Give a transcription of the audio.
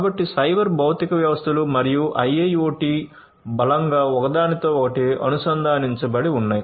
కాబట్టి సైబర్ భౌతిక వ్యవస్థలు మరియు IIoT బలంగా ఒకదానితో ఒకటి అనుసంధానించబడి ఉన్నాయి